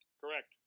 correct